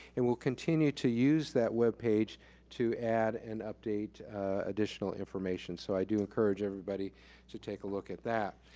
and we'll continue to use that webpage to add and update additional information. so i do encourage everybody to take a look at that.